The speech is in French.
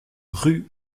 rue